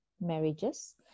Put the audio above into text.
marriages